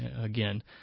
Again